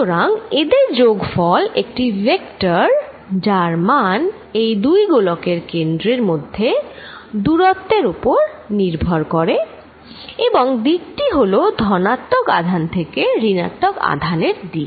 সুতরাং এদের যোগফল একটি ভেক্টর যার মান এই দুই গোলকের কেন্দ্রের মধ্যে দূরত্বের উপর নিরভর করে এবং দিকটি হল ধনাত্মক আধান থেকে ঋণাত্মক আধানের দিকে